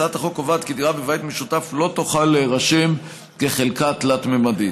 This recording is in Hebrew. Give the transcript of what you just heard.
הצעת החוק קובעת כי דירה בבית משותף לא תוכל להירשם כחלקה תלת-ממדית.